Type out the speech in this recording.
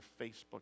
Facebook